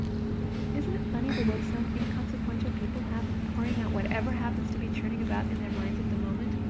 isn't it funny, the way some inconsequential people have of pouring out whatever happens to be churning about in their minds at the moment?